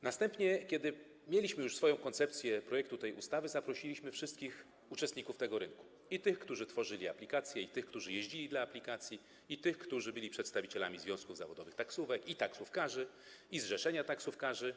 Następnie, kiedy mieliśmy już swoją koncepcję projektu tej ustawy, zaprosiliśmy wszystkich uczestników tego rynku: i tych, którzy tworzyli aplikacje, i tych, którzy jeździli dla aplikacji, i tych, którzy byli przedstawicielami związków zawodowych taksówek i taksówkarzy, zrzeszenia taksówkarzy.